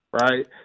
right